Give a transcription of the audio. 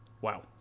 Wow